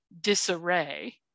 disarray